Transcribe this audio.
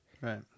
Right